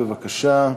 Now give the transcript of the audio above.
בבקשה.